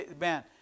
man